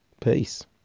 Peace